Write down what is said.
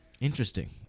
Interesting